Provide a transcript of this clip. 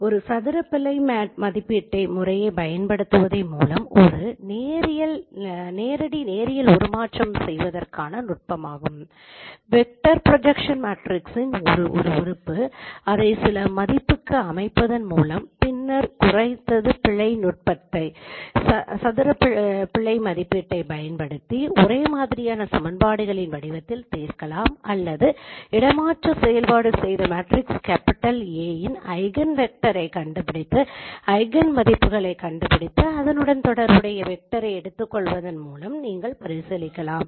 ஒரு சதுர பிழை மதிப்பீட்டை முறையை பயன்படுத்துவதன் மூலம் ஒரு நேரடி நேரியல் உருமாற்றம் செய்வதற்கான நுட்பமாகும் வெக்டர் ப்ரொஜக்ஸன் மேட்ரிக்ஸின் ஒரு உறுப்பு அதை சில மதிப்புக்கு அமைப்பதன் மூலம் பின்னர் குறைந்தது பிழை நுட்பத்தைப் பயன்படுத்தி ஒரே மாதிரியான சமன்பாடுகளின் வடிவத்தில் தீர்க்கலாம் அல்லது இடமாற்ற செயல்பாடு செய்த மேட்ரிக்ஸ் A யின் ஐஹன் வெக்டரை கண்டுபிடித்து ஐஹன் மதிப்புகளை கண்டுபிடித்து அதனுடன் தொடர்புடைய வெக்டரை எடுத்துக்கொள்வதன் மூலம் நீங்கள் பரிசீலிக்கலாம்